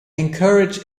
encourage